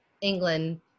England